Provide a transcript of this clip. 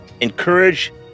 encourage